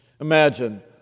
Imagine